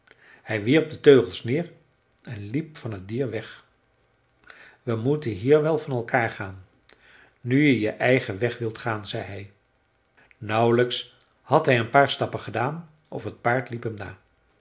hij wierp de teugels neer en liep van het dier weg we moeten hier wel van elkaar gaan nu jij je eigen weg wilt gaan zei hij nauwlijks had hij een paar stappen gedaan of het paard liep hem na